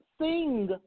Sing